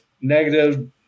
negative